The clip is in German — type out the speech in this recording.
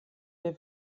wir